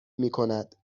میکند